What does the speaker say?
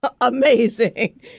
amazing